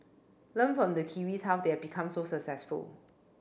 learn from the Kiwis how they have become so successful